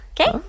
Okay